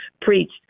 preached